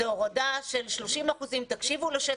זאת הורדה של 30%. תקשיבו לשטח,